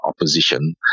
opposition